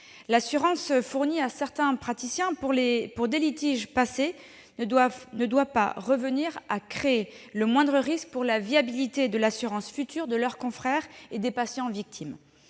L'assurance fournie à certains praticiens pour des litiges passés ne doit pas nous pousser à prendre le moindre risque pour la viabilité de l'assurance future de leurs confrères et des victimes.